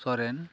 Soren